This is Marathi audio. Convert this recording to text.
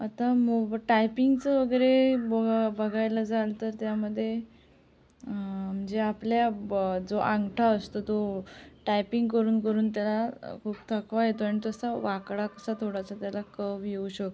आता मोब टायपिंगचं वगैरे बो बघायला जाल तर त्यामध्ये म्हणजे आपल्या ब जो अंगठा असतो तो टायपिंग करून करून त्याला खूप थकवा येतो आणि तो असा वाकडा असा थोडासा जरा कव येऊ शकतो